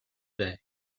day